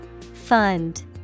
Fund